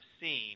seen